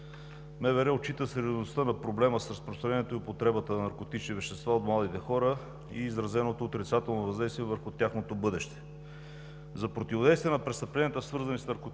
отчита сериозността на проблема с разпространението и употребата на наркотични вещества от младите хора и изразеното отрицателно въздействие върху тяхното бъдеще. За противодействие на престъпленията, свързани с наркотици,